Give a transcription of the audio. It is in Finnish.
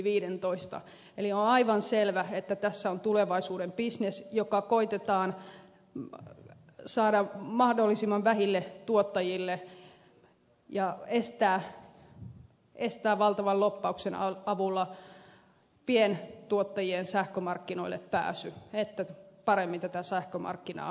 eli on aivan selvä että tässä on tulevaisuuden bisnes joka koetetaan saada mahdollisimman vähille tuottajille ja estäen valtavan lobbauksen avulla pientuottajien sähkömarkkinoille pääsyn että paremmin voitaisiin hallita tätä sähkömarkkinaa